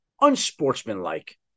unsportsmanlike